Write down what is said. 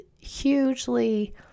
hugely